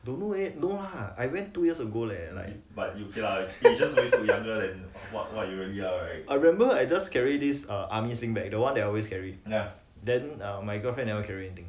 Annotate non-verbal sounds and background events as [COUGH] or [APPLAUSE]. don't know eh no lah I went two years ago leh [LAUGHS] I remember I just carry this army swing bag the one that I always carry then my girlfriend never carry anything